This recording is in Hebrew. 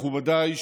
מכובדיי,